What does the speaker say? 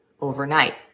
overnight